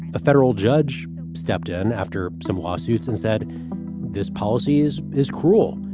a federal judge stepped in after some lawsuits and said this policy is is cruel.